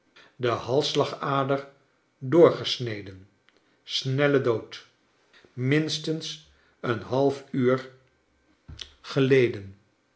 den halsslagader doorgesneden snelle dood minstens een half uur kleine dobkit geleden